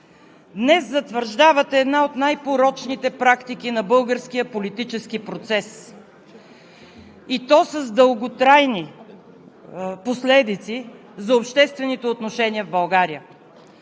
днес затвърждавате една от най порочните практики на българския политически процес, и то с дълготрайни последици за обществените отношения в България.